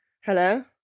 hello